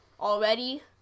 already